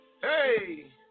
Hey